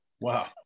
Wow